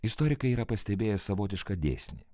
istorikai yra pastebėjęs savotišką dėsnį